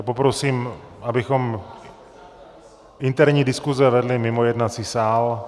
Poprosím, abychom interní diskuse vedli mimo jednací sál.